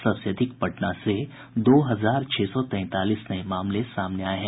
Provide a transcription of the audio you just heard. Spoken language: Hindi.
सबसे अधिक पटना से दो हजार छह सौ तैंतालीस नये मामले सामने आये हैं